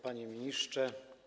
Panie Ministrze!